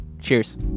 Cheers